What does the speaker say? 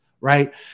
right